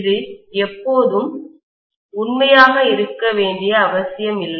இது எப்போதும் உண்மையாக இருக்க வேண்டிய அவசியமில்லை